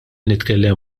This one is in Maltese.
nitkellem